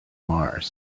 mars